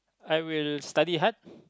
I will study hard